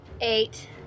Eight